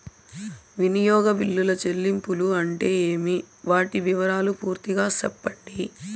వినియోగ బిల్లుల చెల్లింపులు అంటే ఏమి? వాటి వివరాలు పూర్తిగా సెప్పండి?